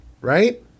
right